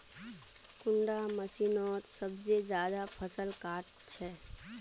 कुंडा मशीनोत सबसे ज्यादा फसल काट छै?